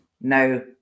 no